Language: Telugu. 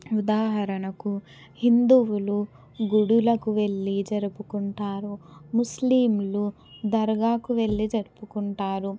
ఉదాహరణకు హిందువులు గుడులకు వెళ్ళి జరుపుకుంటారు ముస్లింలు దర్గాకు వెళ్ళి జరుపుకుంటారు